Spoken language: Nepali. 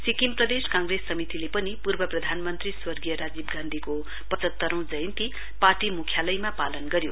सिक्किम प्रदेश काँग्रेस समितिले पनि पूर्व प्रधानमन्त्री स्वर्गीय राजीब गान्धीको पचहत्तरौं जयन्ती पार्टी मुख्यालयमा पालन गर्यो